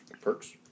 Perks